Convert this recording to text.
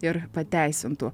ir pateisintų